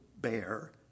bear